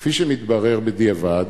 כפי שמתברר בדיעבד,